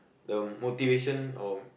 the motivation or the